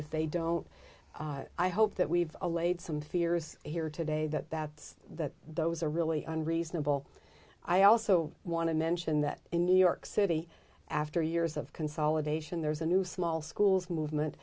if they don't i hope that we've laid some fears here today that that's that those are really unreadable i also want to mention that in new york city after years of consolidation there's a new small schools movement